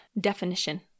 definition